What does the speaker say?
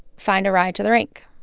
find a ride to the rink.